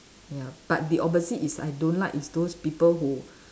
ya but the opposite is I don't like is those people who